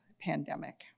pandemic